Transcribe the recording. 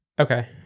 Okay